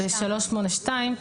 בסעיף 382,